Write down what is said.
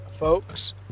Folks